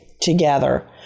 together